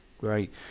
Great